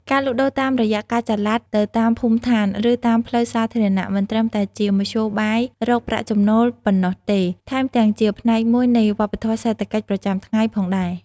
ការលក់ដូរតាមរយៈការចល័តទៅតាមភូមិឋាន ឬតាមផ្លូវសាធារណៈ មិនត្រឹមតែជាមធ្យោបាយរកប្រាក់ចំណូលប៉ុណ្ណោះទេ ថែមទាំងជាផ្នែកមួយនៃវប្បធម៌សេដ្ឋកិច្ចប្រចាំថ្ងៃផងដែរ។